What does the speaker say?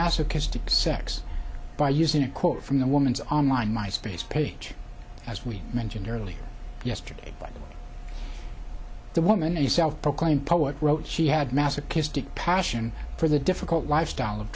masochistic sex by using a quote from the woman's online my space page as we mentioned earlier yesterday the woman a self proclaimed poet wrote she had masochistic passion for the difficult lifestyle of